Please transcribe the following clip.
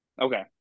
Okay